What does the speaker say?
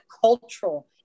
cultural